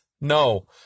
No